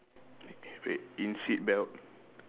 wait in seat belt